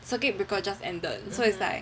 circuit breaker just ended so it was like